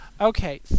Okay